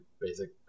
basic